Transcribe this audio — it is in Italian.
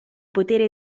potere